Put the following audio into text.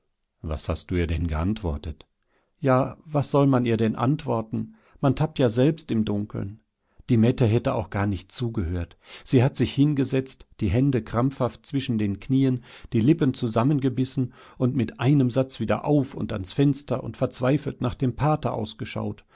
was hast du ihr denn geantwortet ja was soll man ihr denn antworten man tappt ja selbst im dunkeln die mette hätte auch gar nicht zugehört sie hat sich hingesetzt die hände krampfhaft zwischen den knien die lippen zusammengebissen und mit einem satz wieder auf und ans fenster und verzweifelt nach dem pater ausgeschaut